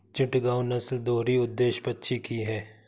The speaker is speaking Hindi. चिटगांव नस्ल दोहरी उद्देश्य पक्षी की है